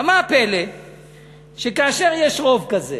עכשיו, מה הפלא שכאשר יש רוב כזה